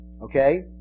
Okay